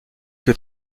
que